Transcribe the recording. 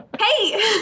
Hey